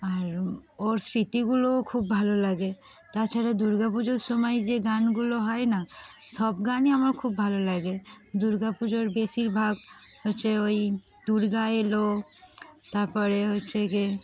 আর ওর স্মৃতিগুলোও খুব ভালো লাগে তাছাড়া দুর্গাপুজোর সময় যে গানগুলো হয় না সব গানই আমার খুব ভালো লাগে দুর্গাপুজোর বেশিরভাগ হচ্ছে ওই দুর্গা এলো তার পরে হচ্ছে গিয়ে